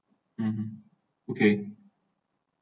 um okay